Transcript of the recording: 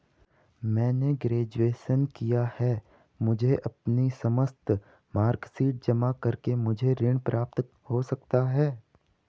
मैंने ग्रेजुएशन किया है मुझे अपनी समस्त मार्कशीट जमा करके मुझे ऋण प्राप्त हो सकता है?